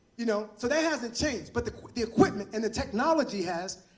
you know so that hasn't changed. but the the equipment and the technology has.